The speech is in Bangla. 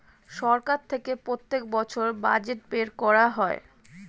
সরকার থেকে প্রত্যেক বছর বাজেট বের করা হয়